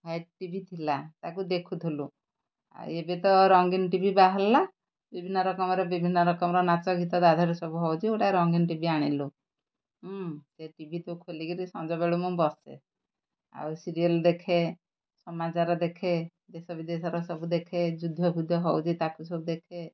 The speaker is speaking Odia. ଭାଇ ଟି ଭି ଥିଲା ତାକୁ ଦେଖୁଥିଲୁ ଆଉ ଏବେ ତ ରଙ୍ଗୀନ ଟି ଭି ବାହାରିଲା ବିଭିନ୍ନ ରକମରେ ବିଭିନ୍ନ ରକମର ନାଚ ଗୀତ ଦାଧରେ ସବୁ ହେଉଛି ଗୋଟେ ରଙ୍ଗୀନ ଟି ଭି ଆଣିଲୁ ସେ ଟି ଭି ତୁ ଖୋଲି କରି ସଞ୍ଜବେଳୁ ମୁଁ ବସେ ଆଉ ସିରିଏଲ୍ ଦେଖେ ସମାଚାର ଦେଖେ ଦେଶ ବିଦେଶର ସବୁ ଦେଖେ ଯୁଦ୍ଧ ବୁଦ୍ଧ ହେଉଛି ତାକୁ ସବୁ ଦେଖେ